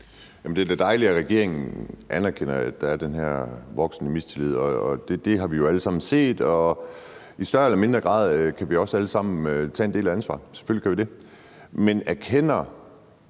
det er da dejligt, at regeringen anerkender, at der er den her voksende mistillid. Det har vi jo alle sammen set. I større eller mindre grad kan vi også alle sammen tage en del af ansvaret, selvfølgelig kan vi det. Men erkender